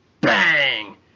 Bang